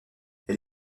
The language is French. elle